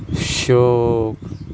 shiok